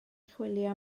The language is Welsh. chwilio